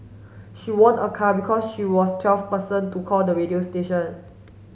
she won a car because she was twelfth person to call the radio station